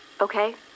okay